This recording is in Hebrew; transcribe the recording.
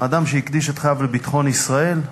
אדם שהקדיש חייו לביטחון ישראל,